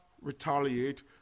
retaliate